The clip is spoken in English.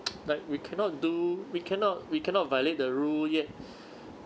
like we cannot do we cannot we cannot violate the rule yet